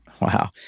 Wow